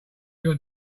your